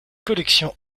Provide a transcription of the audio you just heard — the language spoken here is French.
collections